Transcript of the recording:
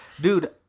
Dude